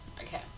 okay